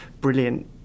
brilliant